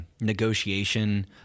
negotiation